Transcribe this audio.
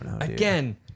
again